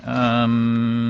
um,